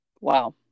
Wow